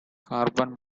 carbon